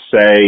say